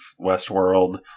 Westworld